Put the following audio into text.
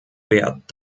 wert